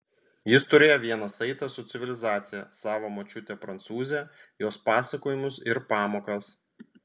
jis turėjo vieną saitą su civilizacija savo močiutę prancūzę jos pasakojimus ir pamokas